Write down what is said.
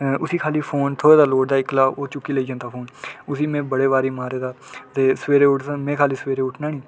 उसी खाल्ली फोन थहोए दा लोड़दा इक्कला ओह् चुक्की लेई जंदा फोन उसी में बड़े बारी मारे दा ते सवेरे उट्ठदे में खाल्ली सवेरे उट्ठना निं सवेरै उट्ठना निं